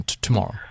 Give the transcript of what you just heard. tomorrow